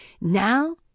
now